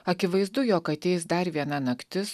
akivaizdu jog ateis dar viena naktis